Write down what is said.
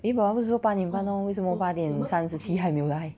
eh 爸爸不是说八点半 lor 为什么八点三十七还没有来